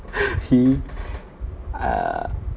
he err